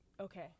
Okay